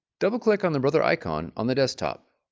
double-click on the brother icon on the desktop